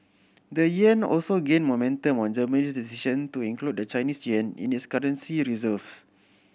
the yuan also gained momentum on Germany's decision to include the Chinese yuan in its currency reserves